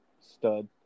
stud